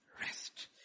rest